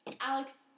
Alex